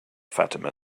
fatima